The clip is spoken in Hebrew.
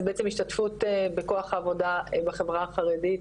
זה בעצם השתתפות בכוח העבודה בחברה החרדית,